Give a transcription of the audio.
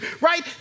right